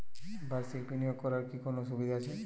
বাষির্ক বিনিয়োগ করার কি কোনো সুবিধা আছে?